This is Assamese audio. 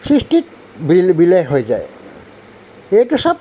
সৃষ্টিত বিলবিলেই হৈ যায় সেইটো চব